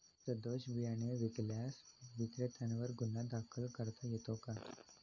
सदोष बियाणे विकल्यास विक्रेत्यांवर गुन्हा दाखल करता येतो का?